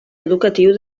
educatiu